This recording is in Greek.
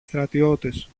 στρατιώτες